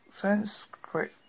Sanskrit